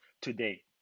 today